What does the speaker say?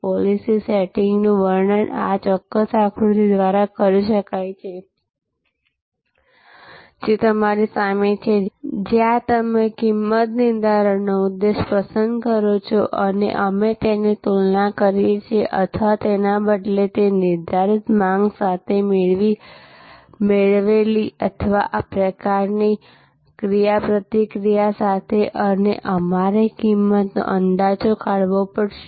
policy સેટિંગનું વર્ણન આ ચોક્કસ આકૃતિ દ્વારા કરી શકાય છે જે તમારી સામે છે જ્યાં તમે કિંમત નિર્ધારણનો ઉદ્દેશ પસંદ કરો છો અને અમે તેની તુલના કરીએ છીએ અથવા તેના બદલે તે નિર્ધારિત માંગ સાથે મેળવેલી અથવા પ્રકારની ક્રિયાપ્રતિક્રિયા સાથે અને અમારે કિંમતનો અંદાજ કાઢવો પડશે